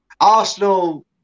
Arsenal